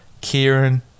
Kieran